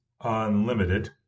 Unlimited